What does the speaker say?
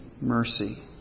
mercy